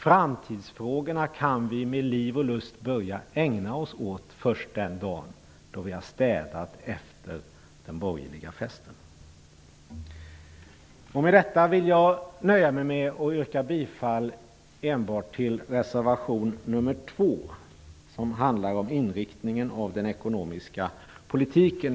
Framtidsfrågorna kan vi med liv och lust börja ägna oss åt först den dag då vi har städat efter den borgerliga festen. Med detta vill jag nöja mig med att yrka bifall enbart till reservation nr 2 som handlar om inriktningen av den ekonomiska politiken.